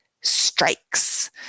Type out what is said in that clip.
strikes